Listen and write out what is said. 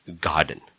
garden